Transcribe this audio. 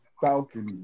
Falcon